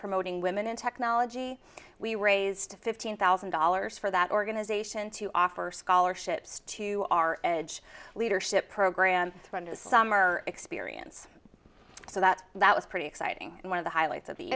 promoting women in technology we raised fifteen thousand dollars for that organization to offer scholarships to our edge leadership program under the summer experience so that that was pretty exciting and one of the highlights of the